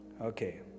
Okay